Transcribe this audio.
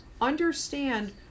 Understand